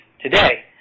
Today